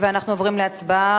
אנחנו עוברים להצבעה.